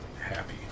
happy